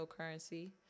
cryptocurrency